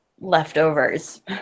leftovers